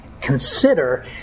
Consider